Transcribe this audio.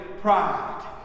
pride